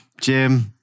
Jim